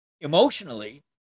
emotionally